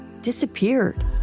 disappeared